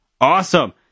awesome